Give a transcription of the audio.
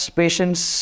patients